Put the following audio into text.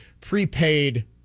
prepaid